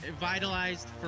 vitalized